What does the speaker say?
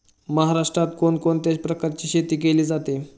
महाराष्ट्रात कोण कोणत्या प्रकारची शेती केली जाते?